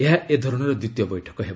ଏହା ଏ ଧରଣର ଦ୍ୱିତୀୟ ବୈଠକ ହେବ